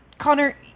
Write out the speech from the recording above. Connor